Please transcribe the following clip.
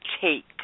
take